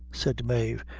said mave,